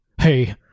Hey